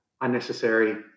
unnecessary